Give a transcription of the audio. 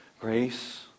Grace